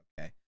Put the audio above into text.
okay